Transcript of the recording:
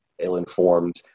ill-informed